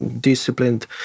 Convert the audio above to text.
disciplined